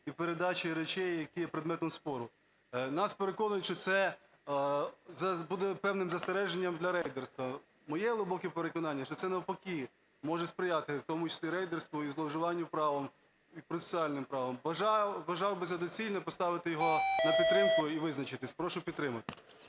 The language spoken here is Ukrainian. і передача речей, які є предметом спору. Нас переконують, що це буде певним застереженням для рейдерства. Моє глибоке переконання, що це, навпаки, може сприяти в тому числі рейдерству і зловживанню правом, процесуальним правом. Вважав би за доцільне поставити його на підтримку і визначитись. Прошу підтримати.